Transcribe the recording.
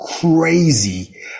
crazy